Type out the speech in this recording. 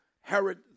Herod